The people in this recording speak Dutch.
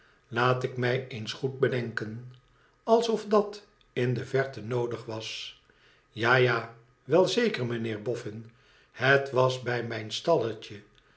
laat ik mij eens goed bedenken alsof dat in de verte noodig was ja ja wel zeker meneer bofhn het was bij mijn stalletje